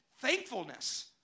thankfulness